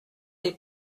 les